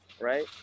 Right